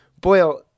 Boyle